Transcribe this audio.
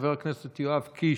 חבר הכנסת יואב קיש,